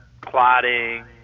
clotting